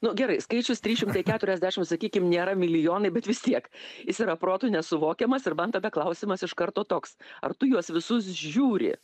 nu gerai skaičius trys šimtai keturiasdešim sakykim nėra milijonai bet vis tiek jis yra protu nesuvokiamas ir man tada klausimas iš karto toks ar tu juos visus žiūri